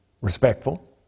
respectful